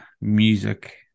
music